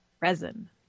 resin